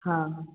हाँ